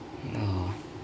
no